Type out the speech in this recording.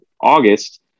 August